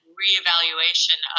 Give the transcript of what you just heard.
reevaluation